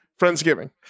Friendsgiving